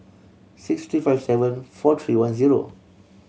six three five seven four three one zero